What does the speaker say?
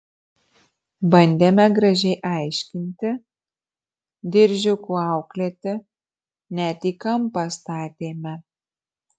bandėme gražiai aiškinti diržiuku auklėti net į kampą statėme